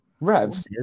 Rev